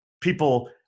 people